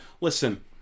listen